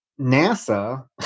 NASA